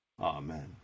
Amen